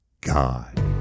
God